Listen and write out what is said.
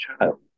child